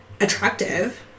attractive